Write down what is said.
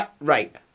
Right